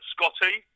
Scotty